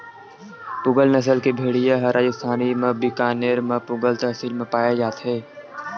पूगल नसल के भेड़िया ह राजिस्थान म बीकानेर म पुगल तहसील म पाए जाथे